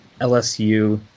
LSU